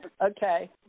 Okay